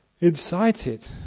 incited